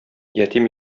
ятим